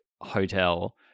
hotel